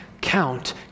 count